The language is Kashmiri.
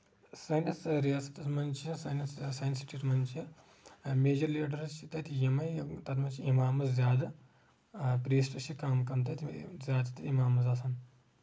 سٲنِس رِیاستَن منٛز چھےٚ سٲنِس سانہِ سِٹیٹ منٛز چھےٚ میجَر لیٖڈرس چھٕ تَتہِ یِمے تَتھ منٛز چھ اِمامز زیادٕ پریٖسٹس چھ کم کم تَتہِ زیادٕ تتہِ امامز آسان